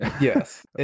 yes